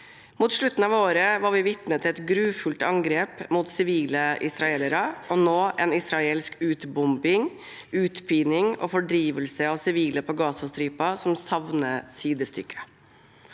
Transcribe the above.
Mot slutten av året var vi vitne til et grufullt angrep mot sivile israelere, og nå en israelsk utbombing, utpining og fordrivelse av sivile på Gazastripen som savner sidestykke.